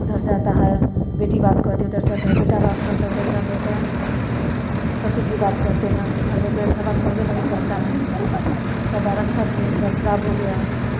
उधर से आता है बेटी बात कहती है उधर से आता है बेटा बात कहता है उधर से आता है तो ससुर जी बात कहते हैं घर में कोई अच्छा बात कहबे नहीं करता है सब बड़ा अच्छा दिए इस बात खराब हो गया